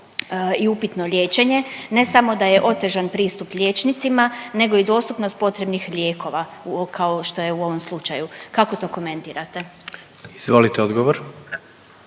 i upitno liječenje, ne samo da je otežan pristup liječnicima nego i dostupnost potrebnih lijekova kao što je u ovom slučaju, kako to komentirate? **Jandroković,